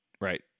Right